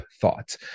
thought